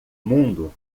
mundo